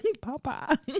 papa